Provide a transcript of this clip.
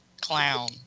clown